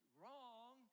wrong